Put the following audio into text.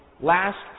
last